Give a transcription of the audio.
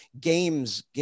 games